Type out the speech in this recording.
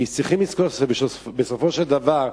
כי צריכים לזכור שבסופו של דבר,